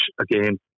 again